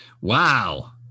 Wow